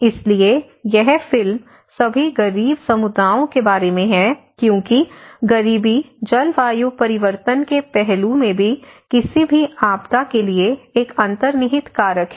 इसलिए यह फिल्म सभी गरीब समुदायों के बारे में है क्योंकि गरीबी जलवायु परिवर्तन के पहलू में किसी भी आपदा के लिए एक अंतर्निहित कारक है